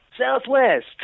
Southwest